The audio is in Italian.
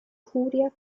furia